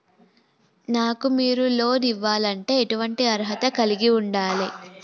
నాకు మీరు లోన్ ఇవ్వాలంటే ఎటువంటి అర్హత కలిగి వుండాలే?